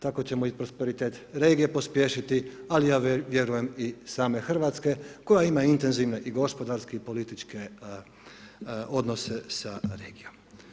Tako ćemo i prosperitet regije pospješiti ali ja vjerujem i same Hrvatske koja ima intenzivne i gospodarske i političke odnose sa regijom.